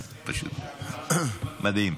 מדהים.